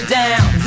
down